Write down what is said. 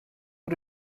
you